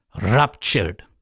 ruptured